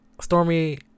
Stormy